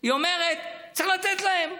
היא אומרת: צריך לתת להם,